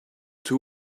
two